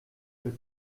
que